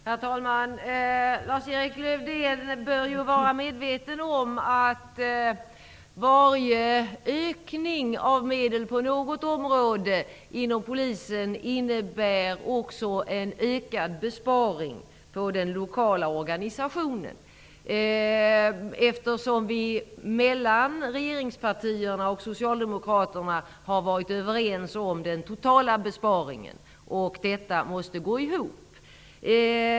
Herr talman! Lars-Erik Lövdén bör vara medveten om att varje ökning av medel på något område inom Polisen också innebär en ökad besparing på den lokala organisationen. Regeringspartierna och Socialdemokraterna har varit överens om den totala besparingen, och detta måste gå ihop.